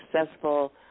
successful